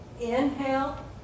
Inhale